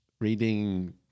Reading